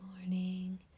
morning